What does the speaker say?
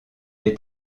est